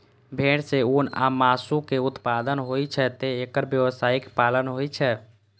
भेड़ सं ऊन आ मासु के उत्पादन होइ छैं, तें एकर व्यावसायिक पालन होइ छै